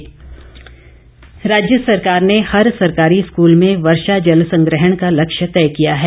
वीरेंद्र कंवर राज्य सरकार ने हर सरकारी स्कूल में वर्षा जल संग्रहण का लक्ष्य तय किया है